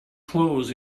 clothes